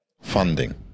funding